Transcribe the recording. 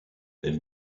elle